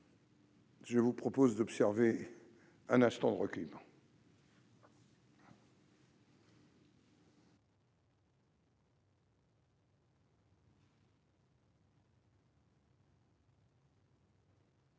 Je vous propose d'observer un instant de recueillement.